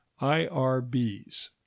IRBs